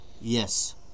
Yes